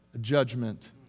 judgment